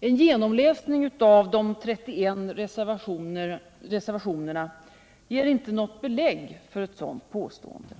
En genomläsning av de 31 reservationerna ger inget belägg för ett sådant påstående.